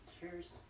cheers